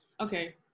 okay